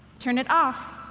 turn it off.